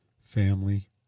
Family